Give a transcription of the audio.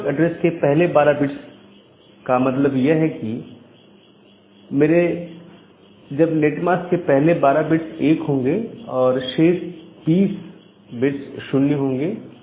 network address के पहले 12 bits का मतलब यह है कि मेरे सबनेट मास्क के पहले 12 बिट्स 1 होंगे और शेष 20 बिट्स 0 होंगे